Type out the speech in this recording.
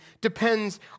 depends